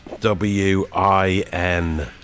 W-I-N